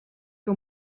que